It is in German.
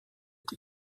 die